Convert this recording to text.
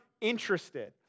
interested